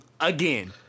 again